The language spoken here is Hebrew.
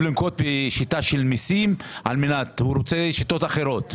לנקוט בשיטת מיסים אלא רוצה שיטות אחרות.